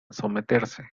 someterse